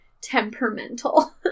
temperamental